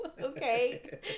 okay